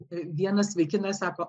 vienas vaikinas sako